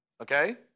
Okay